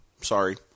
sorry